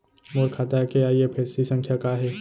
मोर खाता के आई.एफ.एस.सी संख्या का हे?